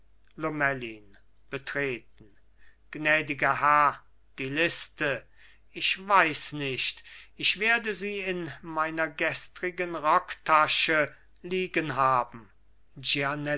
lomellin betreten gnädiger herr die liste ich weiß nicht ich werde sie in meiner gestrigen rocktasche liegen haben